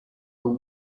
are